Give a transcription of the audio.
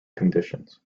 conditions